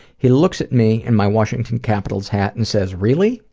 he looks at me in my washington capitals hat and says, really?